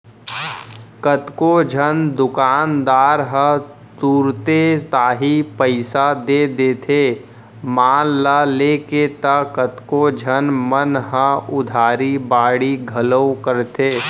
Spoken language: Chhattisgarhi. कतको झन दुकानदार ह तुरते ताही पइसा दे देथे माल ल लेके त कतको झन मन ह उधारी बाड़ही घलौ करथे